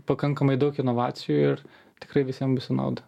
pakankamai daug inovacijų ir tikrai visiem bus į naudą